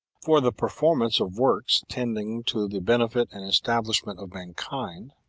for the per formance of works tendincp to the benefit and establishment of mankind,